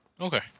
okay